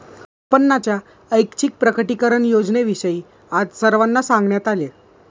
उत्पन्नाच्या ऐच्छिक प्रकटीकरण योजनेविषयी आज सर्वांना सांगण्यात आले